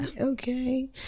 okay